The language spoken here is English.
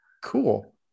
Cool